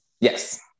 Yes